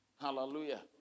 Hallelujah